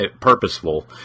purposeful